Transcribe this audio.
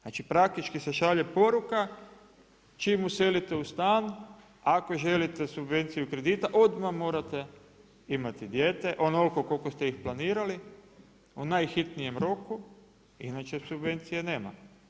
Znači praktički se šalje poruka, čim uselite u stan, ako želite subvenciju kredita, odmah morate imati dijete, onoliko koliko ste ih planirali, u najhitnijem roku, inače subvencije nema.